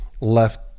left